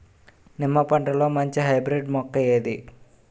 నిమ్మ పంటలో మంచి హైబ్రిడ్ మొక్క ఏది?